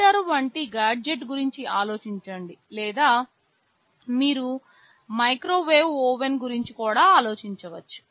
heater వంటి gadget గురించి ఆలోచించండి లేదా మీరు మైక్రోవేవ్ ఓవెన్ గురించి కూడా ఆలోచించవచ్చు